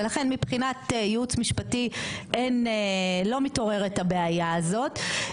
ולכן מבחינת ייעוץ משפטי לא מתעוררת הבעיה הזאת.